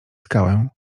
skałę